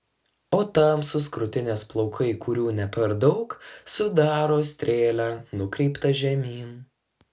o tamsūs krūtinės plaukai kurių ne per daug sudaro strėlę nukreiptą žemyn